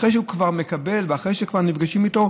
אחרי שהוא כבר מקבל ואחרי שכבר נפגשים איתו,